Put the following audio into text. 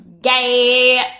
Gay